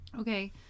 Okay